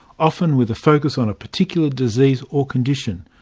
often with a focus on a particular disease or condition.